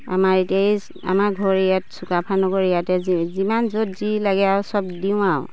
আমাৰ এতিয়া এই আমাৰ ঘৰ ইয়াত চুকাফা নগৰ ইয়াতে যি যিমান য'ত যি লাগে আৰু চব দিওঁ আৰু